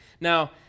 Now